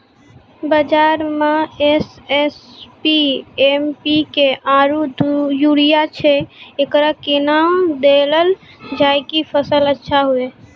बाजार मे SSP, MPK आरु यूरिया छैय, एकरा कैना देलल जाय कि फसल अच्छा हुये?